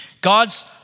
God's